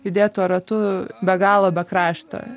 judėt tuo ratu be galo be krašto